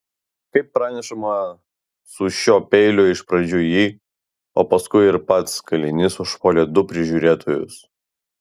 kaip pranešama su šiuo peiliu iš pradžių ji o paskui ir pats kalinys užpuolė du prižiūrėtojus